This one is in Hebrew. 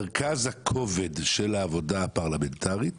מרכז הכובד של העבודה הפרלמנטרית